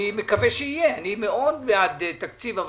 אני מקווה שיהיה ואני מאוד בעד תקציב,